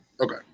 Okay